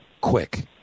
quick